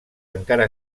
encara